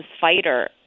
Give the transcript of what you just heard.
fighter